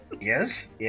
yes